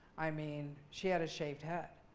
i mean, she had a shaved head.